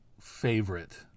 favorite